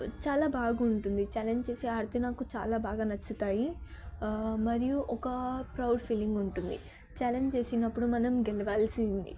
చాలా బాగుంటుంది ఛాలెంజ్ చేసి ఆడితే నాకు చాలా బాగా నచ్చుతాయి మరియు ఒక ప్రౌడ్ ఫీలింగ్ ఉంటుంది ఛాలెంజ్ చేసినప్పుడు మనం గెలవాల్సిందే